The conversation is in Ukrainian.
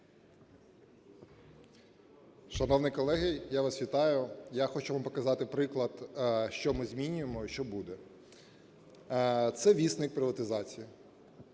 Шановні колеги, я вас вітаю. Я хочу вам показати приклад, що ми змінюємо і що буде. Це вісник приватизації